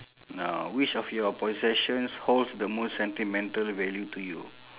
no which of your possessions holds the most sentimental value to you